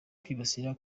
kwibasira